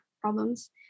problems